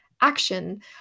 action